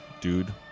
dude